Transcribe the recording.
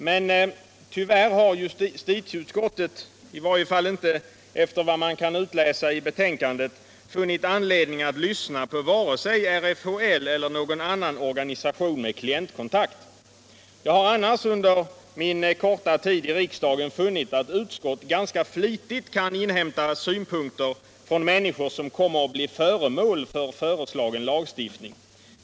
: Men tvvärr har justitieutskottet inte, i varje fall efter vad man kan utläsa i betänkandet, funnit anledning att lyssna på vare sig RFHL eller någon annan organisation med klientkontakt. Jag har annars under min korta tid i riksdagen funnit att utskott ganska fMitigt kan inhämta synpunkter från människor som kommer att beröras av förestagen lagstifining.